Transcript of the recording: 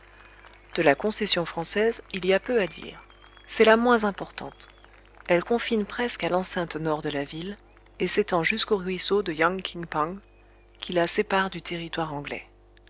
de la concession française il y a peu à dire c'est la moins importante elle confine presque à l'enceinte nord de la ville et s'étend jusqu'au ruisseau de yang king pang qui la sépare du territoire anglais